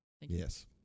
yes